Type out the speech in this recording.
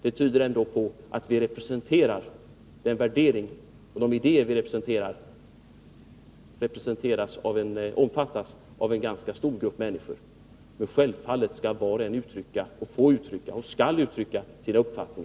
Det tyder ändå på att de värderingar och de idéer som vi representerar omfattas av en ganska stor grupp människor. Men självfallet får och skall var och en uttrycka sin uppfattning.